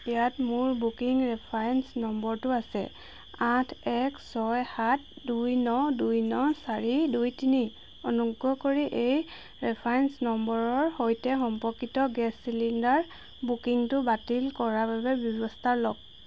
ইয়াত মোৰ booking reference নম্বৰটো আছে আঠ এক ছয় সাত দুই ন দুই ন চাৰি দুই তিনি অনুগ্ৰহ কৰি এই ৰেফাৰেঞ্চ নম্বৰৰ সৈতে সম্পৰ্কিত গেছ চিলিণ্ডাৰ বুকিংটো বাতিল কৰাৰ বাবে ব্যৱস্থা লওক